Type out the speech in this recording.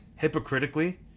hypocritically